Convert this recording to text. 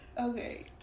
okay